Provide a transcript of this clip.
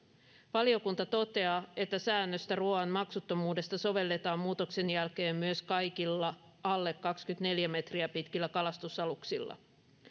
valiokunta toteaa että säännöstä ruoan maksuttomuudesta sovelletaan muutoksen jälkeen myös kaikilla alle kaksikymmentäneljä metriä pitkillä kalastusaluksilla